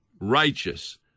righteous